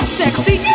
sexy